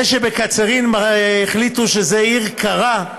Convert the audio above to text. זה שבקצרין החליטו שזאת עיר חמה,